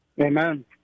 Amen